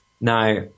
Now